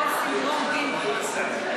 49, אין אחרים.